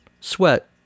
Sweat